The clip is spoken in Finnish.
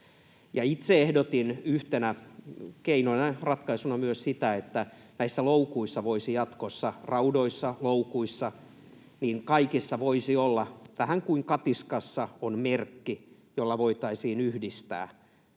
Itse ehdotin yhtenä keinona, ratkaisuna myös sitä, että kaikissa näissä raudoissa, loukuissa voisi jatkossa olla, vähän kuin katiskassa on, merkki, jolla voitaisiin yhdistää